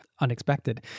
Unexpected